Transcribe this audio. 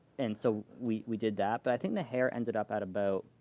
and so we we did that, but i think the hair ended up at about